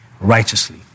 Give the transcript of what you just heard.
righteously